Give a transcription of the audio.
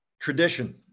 Tradition